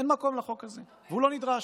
אין מקום לחוק הזה והוא לא נדרש.